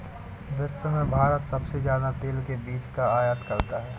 विश्व में भारत सबसे ज्यादा तेल के बीज का आयत करता है